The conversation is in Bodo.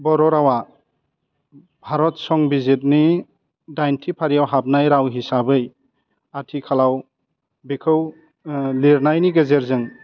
बर' रावा भारत संबिजितनि दाइनथि फारियाव हाबनाय राव हिसाबै आथिखालाव बेखौ लिरनायनि गेजेरजों